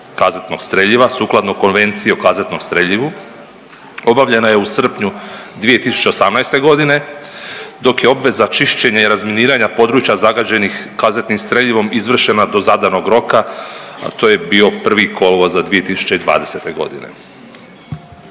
kazetnog streljiva sukladno Konvenciji o kazetnom streljivu obavljena je u srpnju 2018. godine, dok je obveza čišćenja i razminiranja područja zagađenih kazetnim streljivom izvršena do zadanog roka, a to je bio 1. kolovoza 2020. godine.